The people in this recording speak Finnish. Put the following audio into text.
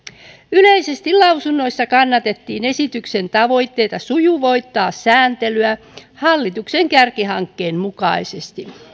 yleisesti lausunnoissa kannatettiin esityksen tavoitetta sujuvoittaa sääntelyä hallituksen kärkihankkeen mukaisesti